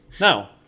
Now